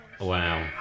Wow